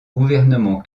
gouvernement